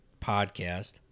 podcast